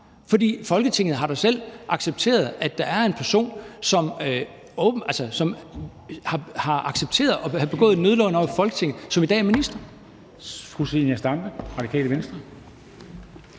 For Folketinget har da selv accepteret, at der er en person, som har erkendt at have begået en nødløgn over for Folketinget, og som i dag er minister.